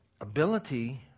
ability